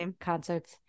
concerts